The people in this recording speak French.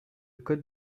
code